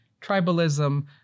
Tribalism